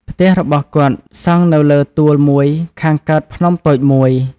ផ្ទះរបស់គាត់សង់នៅលើទួលមួយខាងកើតភ្នំតូចមួយ។